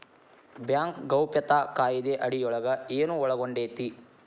Bank ಗೌಪ್ಯತಾ ಕಾಯಿದೆ ಅಡಿಯೊಳಗ ಏನು ಒಳಗೊಂಡೇತಿ?